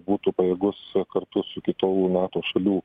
būtų pajėgus kartu su kitų nato šalių